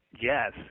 Yes